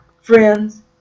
Friends